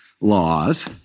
laws